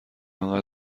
آنقدر